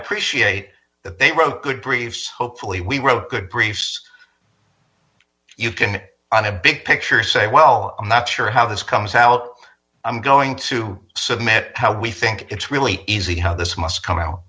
appreciate that they wrote good briefs hopefully we wrote good briefs you can on a big picture say well i'm not sure how this comes out i'm going to submit how we think it's really easy how this must come out